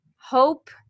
hope